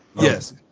Yes